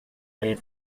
aid